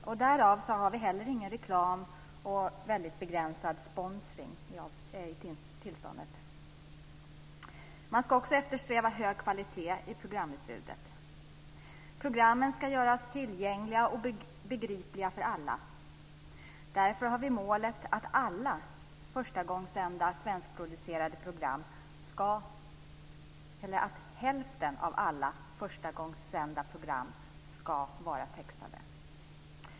Därav har vi inte heller enligt tillståndet någon reklam och väldigt begränsad sponsring. Man ska också eftersträva hög kvalitet i programutbudet. Programmen ska göras tillgängliga och begripliga för alla. Därför har vi målet att hälften av alla förstagångssända svenskproducerade program ska vara textade.